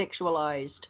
sexualized